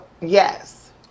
yes